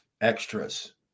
extras